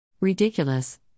Ridiculous